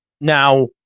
Now